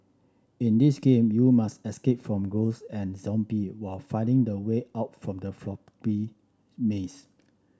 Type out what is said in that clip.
in this game you must escape from ghost and zombie while finding the way out from the maze